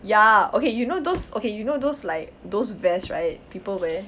ya okay you know those okay you know those like those vest right people wear